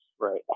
Right